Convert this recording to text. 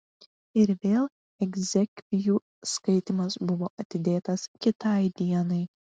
ir vėl egzekvijų skaitymas buvo atidėtas kitai dienai